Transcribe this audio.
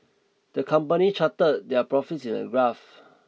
the company charted their profits in a graph